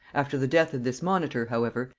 after the death of this monitor, however,